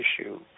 issue